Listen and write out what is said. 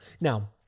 Now